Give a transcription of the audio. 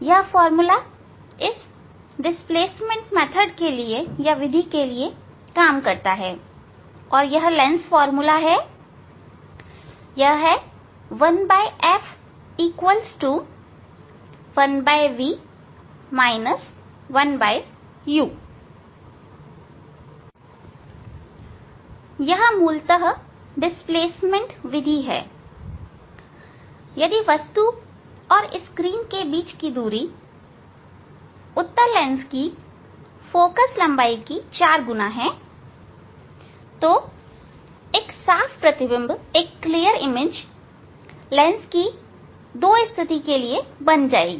यह फार्मूला इस डिस्प्लेसमेंट विधि के लिए काम करता है और यह लेंस फार्मूला है 1f 1 v 1 u अब मूलतः डिस्प्लेसमेंट विधि है यदि वस्तु और स्क्रीन के बीच की दूरी उत्तल लेंस की फोकल लंबाई की 4 गुना है तो एक साफ प्रतिबिंब लेंस की 2 स्थिति के लिए बन जाएगा